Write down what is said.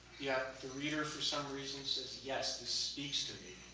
yet the reader for some reason said, yes, this speaks to me.